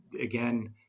again